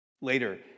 Later